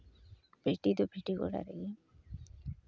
ᱵᱷᱤᱰᱤ ᱫᱚ ᱵᱷᱤᱰᱤ ᱜᱚᱲᱟ ᱨᱮᱜᱮ